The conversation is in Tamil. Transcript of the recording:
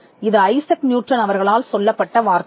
இது ஐசக் நியூட்டன் அவர்களால் சொல்லப்பட்ட வார்த்தைகள்